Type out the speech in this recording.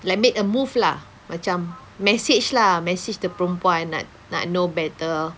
like made a move lah macam message lah message the perempuan nak nak know better